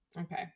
Okay